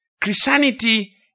Christianity